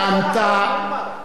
שאנחנו אומרים כבר.